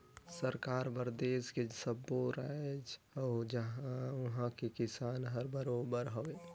सरकार बर देस के सब्बो रायाज अउ उहां के किसान हर बरोबर हवे